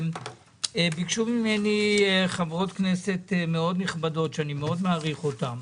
ביקשו ממנו חברות כנסת מאוד נכבדות שאני מאוד מעריך אותן